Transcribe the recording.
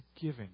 giving